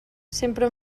sempre